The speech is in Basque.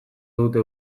dute